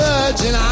Virgin